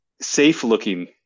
Safe-looking